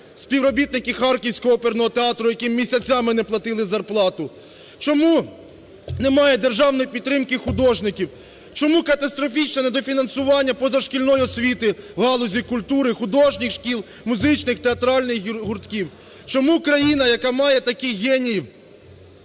співробітників Харківського оперного театру, яким місяцями не платили зарплату. Чому немає державної підтримки художників? Чому катастрофічне недофінансування позашкільної освіти в галузі культури, художніх шкіл, музичних, театральних гуртків? Чому країна, яка має таких геніїв